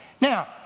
Now